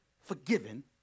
forgiven